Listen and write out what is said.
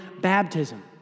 baptism